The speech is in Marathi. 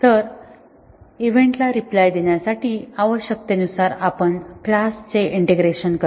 तर इव्हेंटला रिप्लाय देण्यासाठी आवश्यकतेनुसार आपण क्लास इंटिग्रेशन करतो